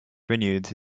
renewed